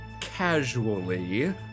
casually